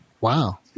Wow